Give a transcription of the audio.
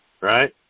right